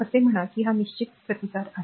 असे म्हणा की हा निश्चित प्रतिकार आहे